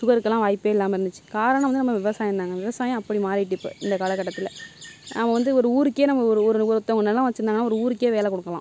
சுகருக்கெல்லாம் வாய்ப்பே இல்லாமல் இருந்திச்சு காரணம் வந்து நம்ம விவசாயந்தாங்க விவசாயம் அப்படி மாறிவிட்டு இப்போ இந்த காலகட்டத்தில் நாம் வந்து ஒரு ஊருக்கே நம்ம ஒரு ஒரு ஒருத்தங்க நிலம் வெச்சிருந்தாங்கன்னா ஒரு ஊருக்கே வேலை கொடுக்கலாம்